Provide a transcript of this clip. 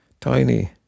tiny